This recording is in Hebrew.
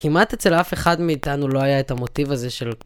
כמעט אצל אף אחד מאיתנו לא היה את המוטיב הזה של...